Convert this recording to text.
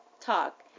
talk